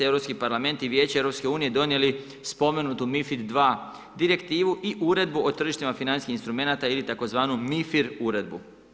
Europski parlament i Vijeće EU donijeli spomenutu MiFID II direktivu i Uredbu o tržištima financijskim instrumenata ili tzv. MiFIR uredbu.